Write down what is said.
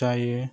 जायो